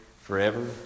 forever